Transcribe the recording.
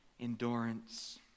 Endurance